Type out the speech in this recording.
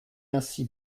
ainsi